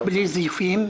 בלי זיופים,